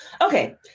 Okay